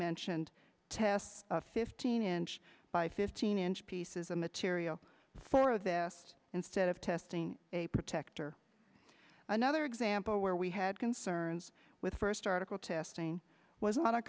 mentioned tests fifteen inch by fifteen inch pieces of material for this instead of testing a protector another example where we had concerns with first article testing was on a